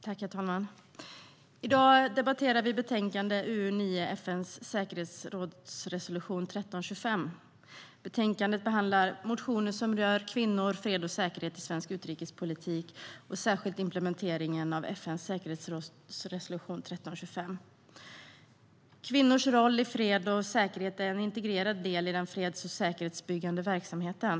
Herr talman! I dag debatterar vi betänkande UU9 om FN:s säkerhetsrådsresolution 1325. I betänkandet behandlas motioner som rör kvinnor och fred och säkerhet i svensk utrikespolitik, särskilt implementeringen av FN:s säkerhetsrådsresolution 1325. Kvinnors roll i fred och säkerhet är en integrerad del i den freds och säkerhetsbyggande verksamheten.